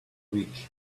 week